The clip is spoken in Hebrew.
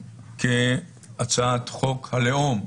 כהצעת חוק הלאום.